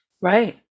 Right